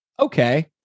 okay